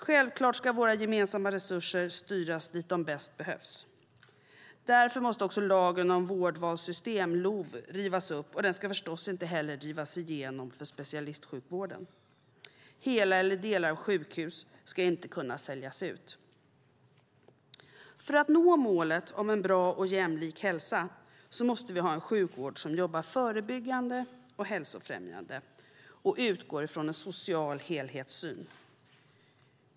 Självklart ska våra gemensamma resurser styras dit de bäst behövs. Därför måste också lagen om valfrihetssystem, LOV, rivas upp, och den ska förstås inte heller drivas igenom för specialistsjukvården. Hela eller delar av sjukhus ska inte kunna säljas ut. För att nå målet om en bra och jämlik hälsa måste vi ha en sjukvård som jobbar förebyggande och hälsofrämjande och utgår från en social helhetssyn.